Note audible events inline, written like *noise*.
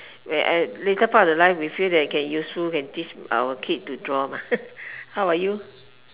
where at later part of the life we feel that can useful can teach our kid to draw mah *laughs* how about you